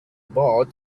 brought